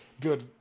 good